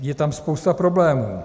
Je tam spousta problémů.